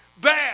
bad